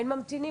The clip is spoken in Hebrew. אין ממתינים?